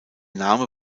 name